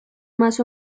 más